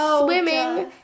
swimming